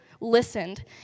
listened